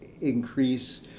increase